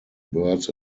birds